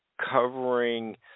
covering